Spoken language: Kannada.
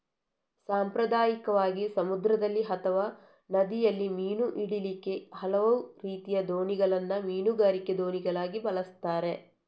ಸಾಂಪ್ರದಾಯಿಕವಾಗಿ ಸಮುದ್ರದಲ್ಲಿ ಅಥವಾ ನದಿಯಲ್ಲಿ ಮೀನು ಹಿಡೀಲಿಕ್ಕೆ ಹಲವು ರೀತಿಯ ದೋಣಿಗಳನ್ನ ಮೀನುಗಾರಿಕೆ ದೋಣಿಗಳಾಗಿ ಬಳಸ್ತಾರೆ